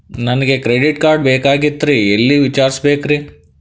ನನಗೆ credit card ಬೇಕಾಗಿತ್ರಿ ಎಲ್ಲಿ ವಿಚಾರಿಸಬೇಕ್ರಿ?